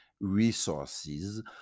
resources